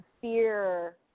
fear